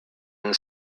and